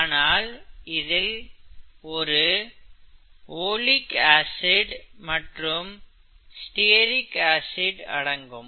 ஆனால் இதில் oleic acid மற்றும் ஸ்டேரிக் ஆசிட் அடங்கும்